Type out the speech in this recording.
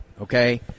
okay